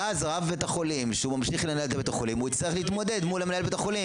ואז רב בית החולים יצטרך להתמודד מול מנהל בית החולים,